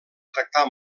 tractar